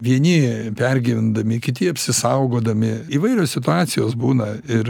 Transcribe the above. vieni pergyvendami kiti apsisaugodami įvairios situacijos būna ir